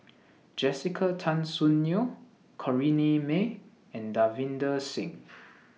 Jessica Tan Soon Neo Corrinne May and Davinder Singh